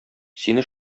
сине